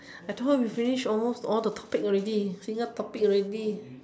I told her we finish almost all the topics already running out topic already